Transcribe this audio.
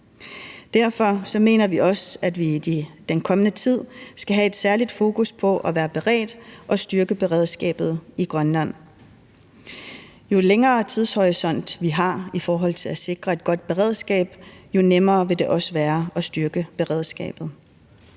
Derfor mener vi også, at vi i den kommende tid skal have et særligt fokus på at være beredt og styrke beredskabet i Grønland. Jo længere tidshorisont, vi har i forhold til at sikre et godt beredskab, jo nemmere vil det også være at styrke beredskabet.